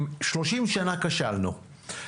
אם 30 שנה כשלנו,